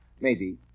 Maisie